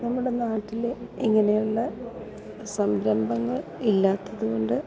നമ്മുടെ നാട്ടിൽ ഇങ്ങനെയുള്ള സംരംഭങ്ങൾ ഇല്ലാത്തതുകൊണ്ട്